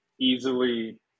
easily